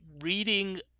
reading